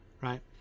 right